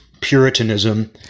puritanism